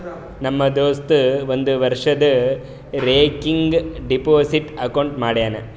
ನಮ್ ದೋಸ್ತ ಒಂದ್ ವರ್ಷದು ರೇಕರಿಂಗ್ ಡೆಪೋಸಿಟ್ ಅಕೌಂಟ್ ಮಾಡ್ಯಾನ